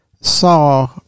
saw